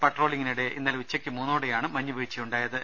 പട്രോളിങ്ങിനിടെ ഇന്നലെ ഉച്ചയ്ക്ക് മൂന്നോടെയാണ് മഞ്ഞുവീഴ്ചയു ണ്ടായത്